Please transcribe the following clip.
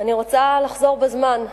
אני רוצה לחזור בזמן,